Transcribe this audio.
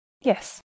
Yes